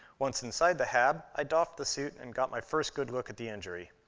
once inside the hab, i doffed the suit and got my first good look at the injury.